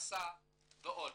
מסע ועוד.